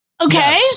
okay